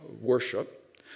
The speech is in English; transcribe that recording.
worship